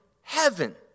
heaven